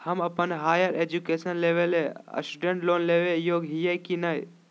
हम अप्पन higher education लेबे ला स्टूडेंट लोन लेबे के योग्य हियै की नय?